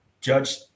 judge